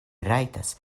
rajtas